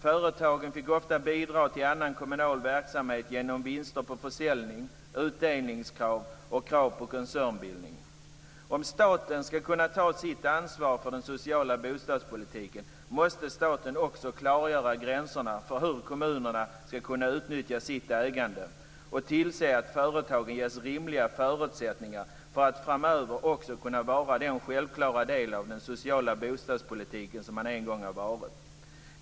Företagen fick ofta bidra till en annan kommunal verksamhet genom vinster på försäljning, utdelningskrav och krav på koncernbildning. Om staten ska kunna ta sitt ansvar för den sociala bostadspolitiken måste staten också klargöra gränserna för hur kommunerna ska kunna utnyttja sitt ägande och tillse att företagen ges rimliga förutsättningar för att också framöver kunna vara den självklara del av den sociala bostadspolitiken som man en gång varit.